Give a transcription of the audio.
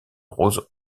roseau